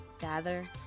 gather